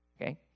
okay